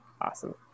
Awesome